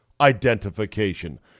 identification